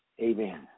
amen